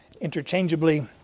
interchangeably